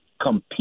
compete